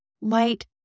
light